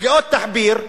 שגיאות תחביר,